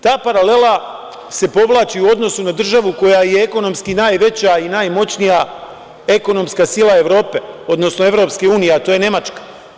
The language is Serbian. Ta paralela se povlači u odnosu na državu koja je i ekonomski najveća i najmoćnija ekonomska sila Evrope, odnosno EU, a to je Nemačka.